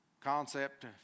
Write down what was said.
concept